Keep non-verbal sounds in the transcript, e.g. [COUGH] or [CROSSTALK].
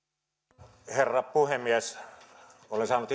arvoisa herra puhemies olen saanut [UNINTELLIGIBLE]